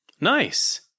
Nice